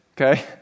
okay